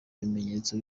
bimenyetso